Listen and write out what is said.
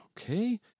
Okay